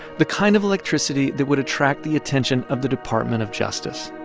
the kind of electricity that would attract the attention of the department of justice